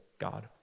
God